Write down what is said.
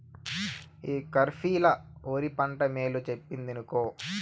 ఈ కరీఫ్ ల ఒరి పంట మేలు చెప్పిందినుకో